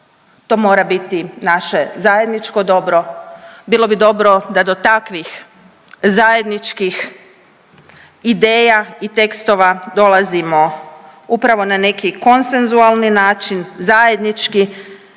to mora biti naše zajedničko dobro. Bilo bi dobro da do takvih zajedničkih ideja i tekstova dolazimo upravo na neki konsensualni način, zajednički,